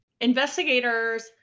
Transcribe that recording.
Investigators